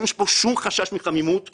אין פה שום חשש מחמימות,